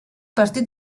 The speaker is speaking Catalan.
partit